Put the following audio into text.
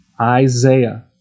Isaiah